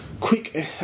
quick